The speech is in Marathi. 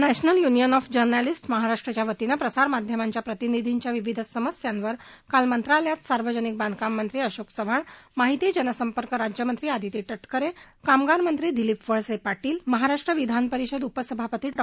नॅशनल युनियन ऑफ जर्नालिस्टस महाराष्ट्रच्या वतीनं प्रसारमाध्यमांच्या प्रतिनिधींच्या विविध समस्यांवर काल मंत्रालयात सार्वजनिक बांधकाम मंत्री अशोक चव्हाण माहिती जनसंपर्क राज्यमंत्री आदिती तटकरे कामगार मंत्री दिलीप वळसे पाटील महाराष्ट्र विधानपरिषद उपसभापती डॉ